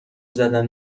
زدن